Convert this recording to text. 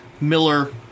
Miller